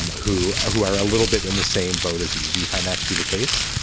who who are a little bit in the same boat as you. do you find that to be the case?